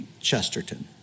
Chesterton